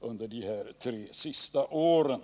under de tre senaste åren.